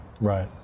Right